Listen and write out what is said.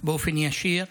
באופן ישיר,